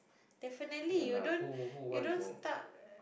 definitely you don't you don't stuck